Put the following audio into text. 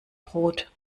brot